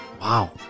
Wow